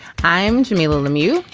i'm jamilah lemieux,